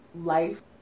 life